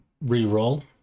re-roll